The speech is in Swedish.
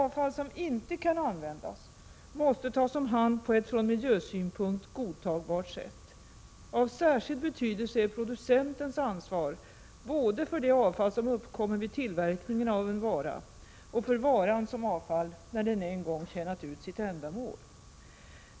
Avfall som inte kan användas måste tas om hand på ett från miljösynpunkt godtagbart sätt. Av särskild betydelse är producentens ansvar både för det avfall som uppkommer vid tillverkningen av en vara och för varan som avfall när den en gång tjänat sitt ändamål.